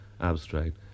abstract